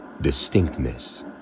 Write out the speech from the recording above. distinctness